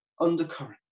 undercurrent